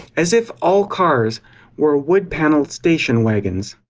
as if all cars were wood paneled station wagons.